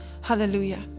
Hallelujah